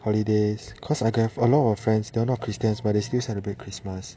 holidays cause I have a lot of friends they're not christians but they still celebrate christmas